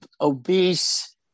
obese